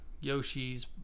Yoshi's